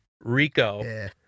Rico